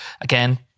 again